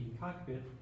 cockpit